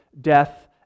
death